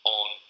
on